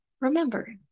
Remember